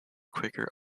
quicker